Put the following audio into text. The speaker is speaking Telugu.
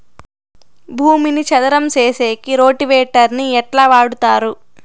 భూమిని చదరం సేసేకి రోటివేటర్ ని ఎట్లా వాడుతారు?